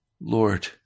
Lord